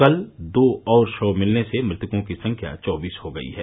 कल दो और शव मिलने से मृतकों की संख्या चौबीस हो गई है